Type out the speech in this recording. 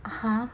!huh!